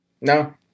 No